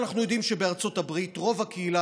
אנחנו יודעים שבארצות הברית רוב הקהילה